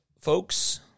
Folks